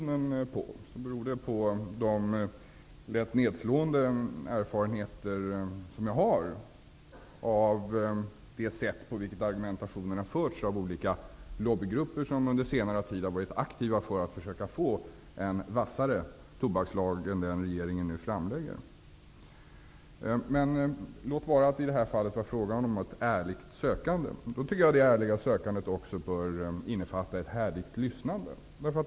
Det beror på de ganska nedslående erfarenheter som jag har av det sätt på vilket argumentationen har förts av olika lobbygrupper, som under senare tid har varit aktiva för att försöka få en vassare tobakslag än den som regeringen nu framlägger. Låt vara att det i det här fallet var fråga om ett ärligt sökande. Jag tycker då att det ärliga sökandet också bör innefatta ett ärligt lyssnande.